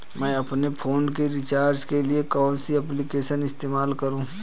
मैं अपने फोन के रिचार्ज के लिए कौन सी एप्लिकेशन इस्तेमाल करूँ?